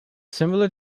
similar